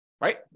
right